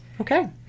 Okay